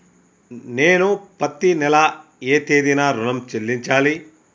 నేను పత్తి నెల ఏ తేదీనా ఋణం చెల్లించాలి?